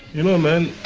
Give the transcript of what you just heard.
you know man,